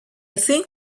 think